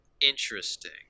interesting